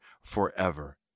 forever